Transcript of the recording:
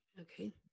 Okay